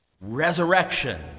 resurrection